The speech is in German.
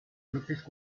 möglichst